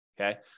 Okay